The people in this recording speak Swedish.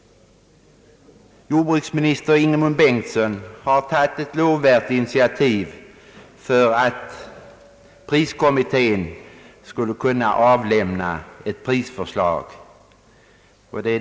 Jordbruksminister Ingemund Bengtsson har tagit ett lovvärt initiativ för att priskommittén skulle kunna avlämna ett prisförslag.